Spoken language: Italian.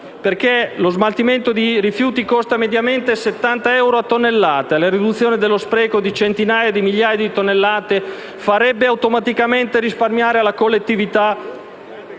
perché il loro smaltimento costa mediamente 70 euro a tonnellata e la riduzione dello spreco di centinaia di migliaia di tonnellate farebbe risparmiare alla collettività